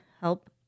help